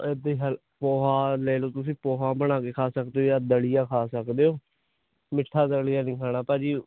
ਇੱਦਾਂ ਹੀ ਹੈਲਦ ਪੋਹਾ ਲੈ ਲਓ ਤੁਸੀਂ ਪੋਹਾ ਬਣਾ ਕੇ ਖਾ ਸਕਦੇ ਹੋ ਜਾਂ ਦਲੀਆ ਖਾ ਸਕਦੇ ਹੋ ਮਿੱਠਾ ਦਲੀਆ ਨਹੀਂ ਖਾਣਾ ਭਾਜੀ